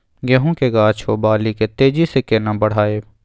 गेहूं के गाछ ओ बाली के तेजी से केना बढ़ाइब?